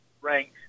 ranked